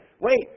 Wait